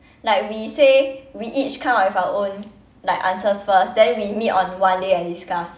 like we say we each come up with our own like answers first then we meet on one day and discuss